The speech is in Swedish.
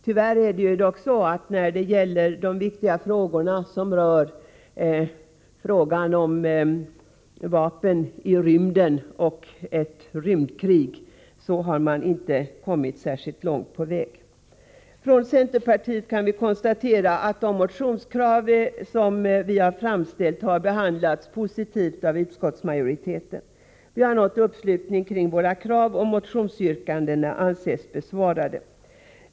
Tyvärr har man inte kommit särskilt långt på väg när det gäller de viktiga frågorna om kärnvapen i rymden. Från centerpartiet kan vi konstatera att de motionskrav som vi har framställt har behandlats positivt av utskottsmajoriteten. Vi har nått uppslutning kring våra krav, och motionsyrkandena anses besvarade.